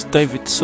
David